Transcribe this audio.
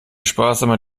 sparsamer